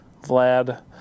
Vlad